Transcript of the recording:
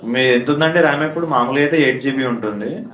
మీది ఎంత ఉందండి ర్యామ్ ఇప్పుడు మామూలుగా అయితే ఎయిట్ జీబీ ఉంటుంది